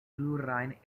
plurajn